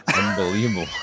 unbelievable